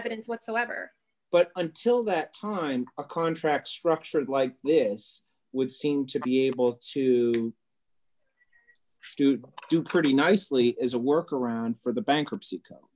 evidence whatsoever but until that time a contract structured like this would seem to be able to do pretty nicely as a workaround for the bankruptcy